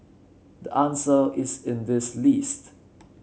the answer is in this list